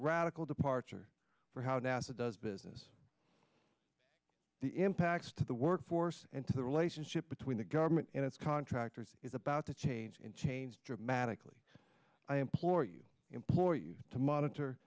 radical departure for how nasa does business the impacts to the workforce and to the relationship between the government and its contractors is about to change in change dramatically i implore you employ you to monitor